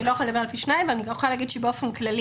באופן כללי,